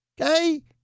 Okay